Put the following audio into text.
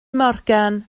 morgan